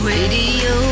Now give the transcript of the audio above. Radio